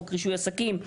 חוק רישוי עסקים,